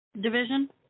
division